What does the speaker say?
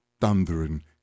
thundering